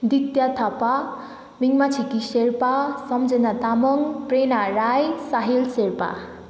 दित्य थापा मिङ्मा छेकी सेर्पा सम्झना तामाङ प्रेरणा राई साहिल सेर्पा